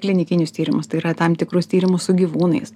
klinikinius tyrimus tai yra tam tikrus tyrimus su gyvūnais